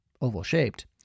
oval-shaped